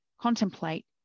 contemplate